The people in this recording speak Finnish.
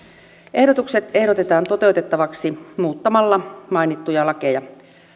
ehdotukset ehdotetaan toteutettavaksi muuttamalla mainittuja lakeja